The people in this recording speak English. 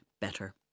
better